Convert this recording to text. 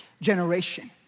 generation